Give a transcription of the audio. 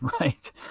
right